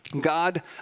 God